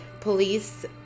police